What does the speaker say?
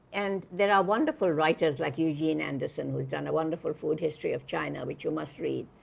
and there are wonderful writers like eugene anderson who's done a wonderful food history of china, which you must read.